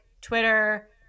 Twitter